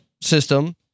system